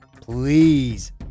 please